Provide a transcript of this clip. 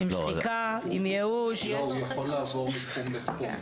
הוא יכול לעבור מתחום לתחום.